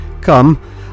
Come